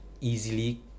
easily